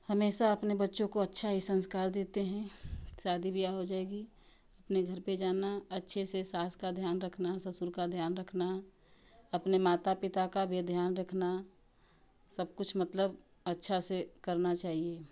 हमेशा अपने बच्चों को अच्छा ही संस्कार देते हैं शादी विवाह हो जाएगी अपने घर पर जाना अच्छे से सास का ध्यान रखना ससुर का ध्यान रखना अपने माता पिता का भी ध्यान रखना सब कुछ मतलब अच्छा से करना चाहिए